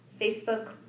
Facebook